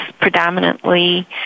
predominantly